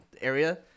area